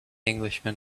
englishman